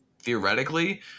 theoretically